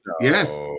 yes